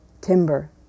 timber